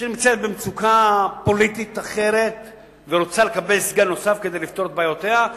שנמצאת במצוקה פוליטית אחרת ורוצה לקבל סגן נוסף כדי לפתור את בעיותיה?